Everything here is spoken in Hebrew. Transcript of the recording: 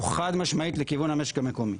הוא חד משמעית לכיוון המשק המקומי,